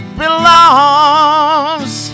belongs